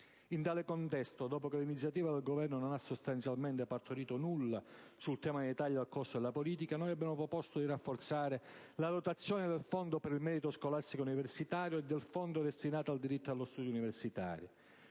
In tale contesto, dopo che l'iniziativa del Governo non ha sostanzialmente partorito nulla sul tema dei tagli al costo della politica, noi abbiamo proposto di rafforzare la dotazione del «Fondo per il merito scolastico e universitario» e del «Fondo destinato al diritto allo studio universitario».